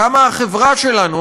כמה החברה שלנו,